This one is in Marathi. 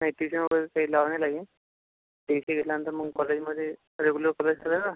नाही त्याच्यामध्ये काही लावावं नाही लागेन पैसे घेतल्यानंतर मग कॉलेजमध्ये रेग्युलर कॉलेज चालू आहे ना